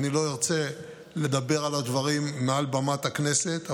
אני לא ארצה לדבר על הדברים מעל במת הכנסת,